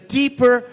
deeper